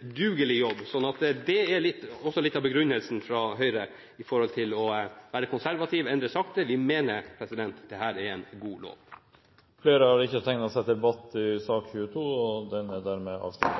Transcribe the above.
dugelig jobb. Så det er også litt av Høyres begrunnelse for å være konservative og å endre sakte. Vi mener dette er en god lov. Flere har ikke bedt om ordet til sak nr. 22.